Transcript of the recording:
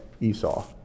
Esau